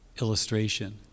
illustration